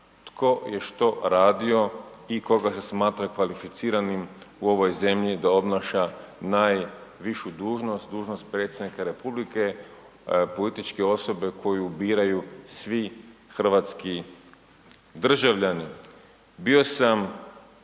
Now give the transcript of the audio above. tko je što radio i koga se smatra kvalificiranim u ovoj zemlji da obnaša najvišu dužnost, dužnost predsjednika Republike političke osobe koju biraju svi hrvatski državljani. Bio sam